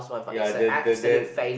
ya that that that